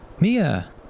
Mia